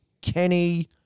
Kenny